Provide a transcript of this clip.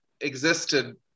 existed